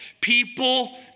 People